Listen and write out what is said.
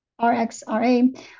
RXRA